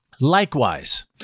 Likewise